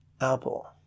Apple